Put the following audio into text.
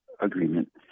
agreement